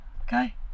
Okay